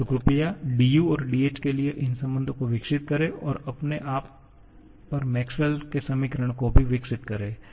तो कृपया du और dh के लिए इन संबंधों को विकसित करें और अपने आप पर मैक्सवेल के समीकरण Maxwells equations को भी विकसित करे